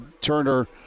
Turner